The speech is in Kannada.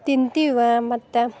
ತಿಂತೀವ ಮತ್ತು